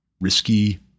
risky